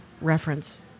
reference